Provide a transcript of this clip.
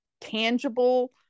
tangible